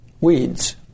Weeds